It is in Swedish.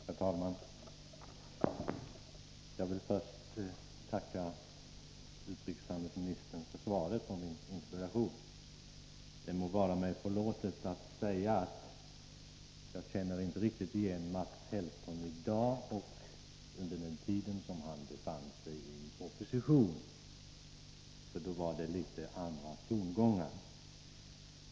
Herr talman! Jag vill först tacka utrikeshandelsministern för svaret på min interpellation. Det må vara mig förlåtet att jag säger att jag inte riktigt känner igen Mats Hellström från den tid då han befann sig i opposition, för då var det litet andra tongångar.